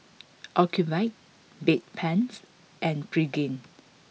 Ocuvite Bedpans and Pregain